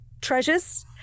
treasures